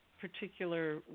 particular